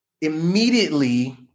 immediately